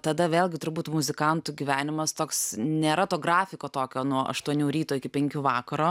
tada vėlgi turbūt muzikantų gyvenimas toks nėra to grafiko tokio nuo aštuonių ryto iki penkių vakaro